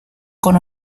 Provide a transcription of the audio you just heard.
con